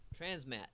Transmat